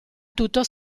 tutto